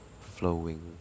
flowing